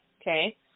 okay